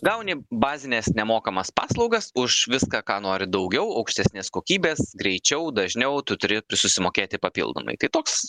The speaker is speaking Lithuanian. gauni bazines nemokamas paslaugas už viską ką nori daugiau aukštesnės kokybės greičiau dažniau tu turi tu susimokėti papildomai tai toks